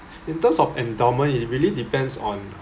in terms of endowment it really depends on